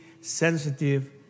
sensitive